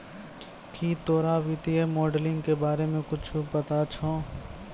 की तोरा वित्तीय मोडलिंग के बारे मे कुच्छ पता छौं